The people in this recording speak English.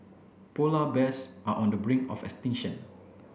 polar bears are on the brink of extinction